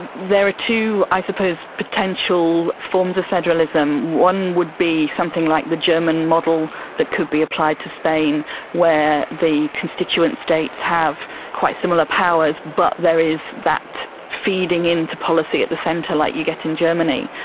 but there are two i suppose potential forms of federalism. one would be something like the german model that could be applied to spain where the constituent states have quite similar powers but there is that feeding in to policy at the centre, like you get in germany.